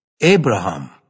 Abraham